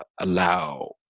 allow